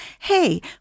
hey